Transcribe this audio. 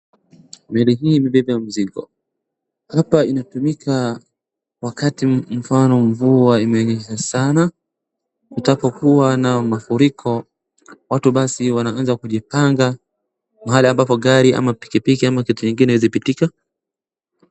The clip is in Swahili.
Meli hii imebeba mzigo, hapa inatumika wakati mfano mvua imenyesha sana kutapokuwa na mafuriko watu basi wanaanza kujipanaga mahali ambapo gari ama pikipiki ama kitu ingine haiezi pitika.